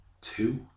two